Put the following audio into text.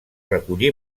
recollí